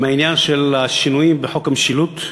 מהעניין של השינויים בחוק המשילות,